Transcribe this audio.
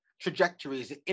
trajectories